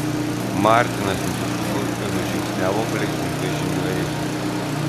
martinas nusisuko ir nužingsniavo palei sunkvežimių eilę